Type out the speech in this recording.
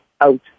out